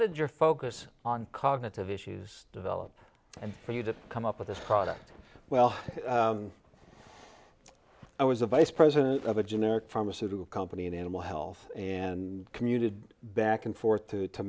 did your focus on cognitive issues develop and for you to come up with this product well i was a vice president of a generic pharmaceutical company in animal health and commuted back and forth to to